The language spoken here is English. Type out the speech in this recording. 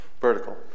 vertical